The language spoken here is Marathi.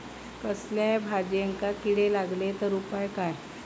कसल्याय भाजायेंका किडे लागले तर उपाय काय?